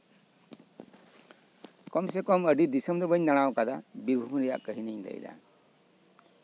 ᱠᱚᱢ ᱥᱮ ᱠᱚᱢ ᱟᱹᱰᱤ ᱫᱤᱥᱚᱢ ᱫᱚ ᱵᱟᱹᱧ ᱫᱟᱬᱟᱣᱟᱠᱟᱫᱟ ᱵᱤᱨᱵᱷᱩᱢ ᱨᱮᱭᱟᱜ ᱠᱟᱹᱦᱱᱤᱧ ᱞᱟᱹᱭᱮᱫᱟ